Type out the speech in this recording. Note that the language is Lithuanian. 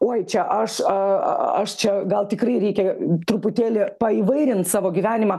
oi čia aš čia gal tikrai reikia truputėlį paįvairint savo gyvenimą